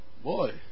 Boy